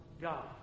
God